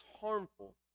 harmful